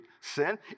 sin